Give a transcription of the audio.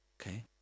Okay